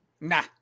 Nah